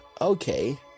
okay